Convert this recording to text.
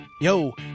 Yo